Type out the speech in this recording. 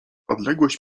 odległość